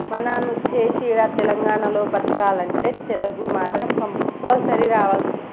మనం వచ్చేసి ఈడ తెలంగాణలో బతకాలి అంటే తెలుగు మాత్రం కంపల్సరీ రావాల్సిందే